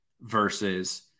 versus